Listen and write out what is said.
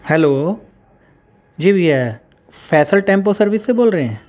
hello جی بھیا Faisal tempo service سے بول رہے ہیں